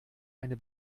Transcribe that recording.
eine